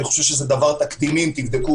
ואני חושב שזה דבר תקדימי אם תבדקו